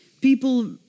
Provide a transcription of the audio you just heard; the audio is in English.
People